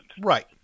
Right